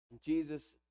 Jesus